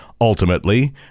Ultimately